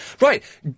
Right